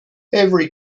every